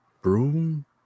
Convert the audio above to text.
broom